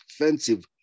offensive